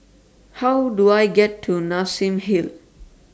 How Do I get to Nassim Hill